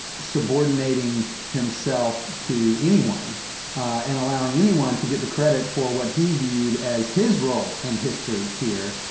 subordinating himself to anyone and allowing anyone to get the credit for what he viewed as his role in history here,